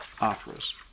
operas